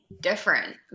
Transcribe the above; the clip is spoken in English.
different